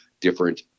different